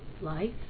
life